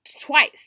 twice